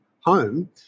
home